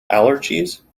allergies